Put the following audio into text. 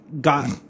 got